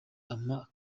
ampa